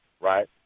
right